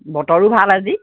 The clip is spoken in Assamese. বতৰো ভাল আজি